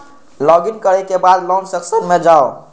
log in करै के बाद लोन सेक्शन मे जाउ